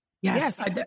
Yes